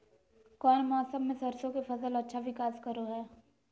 कौन मौसम मैं सरसों के फसल अच्छा विकास करो हय?